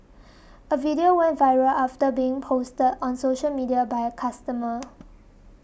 a video went viral after being posted on social media by customer